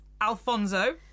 Alfonso